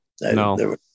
No